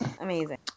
Amazing